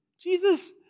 Jesus